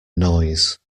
noise